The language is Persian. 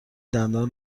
دندان